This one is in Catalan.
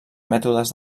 mètodes